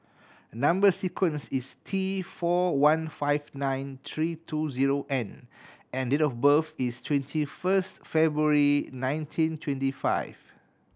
number sequence is T four one five nine three two zero N and date of birth is twenty first February nineteen twenty five